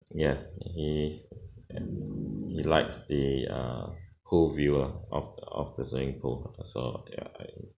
yes he he likes the uh cool viewer of of the swimming pool so ya